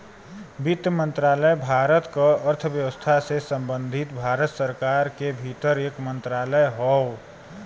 वित्त मंत्रालय भारत क अर्थव्यवस्था से संबंधित भारत सरकार के भीतर एक मंत्रालय हौ